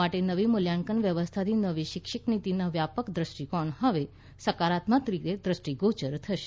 માટે નવી મુલ્યાંકન વ્યવસ્થાથી નવી શિક્ષિત નીતિનો વ્યાપક દ્રષ્ટિકોણ હવે સકારાત્મક રીતે દ્રષ્ટિગોચર થશે